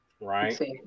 Right